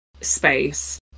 space